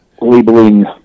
labeling